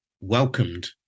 welcomed